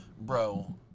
Bro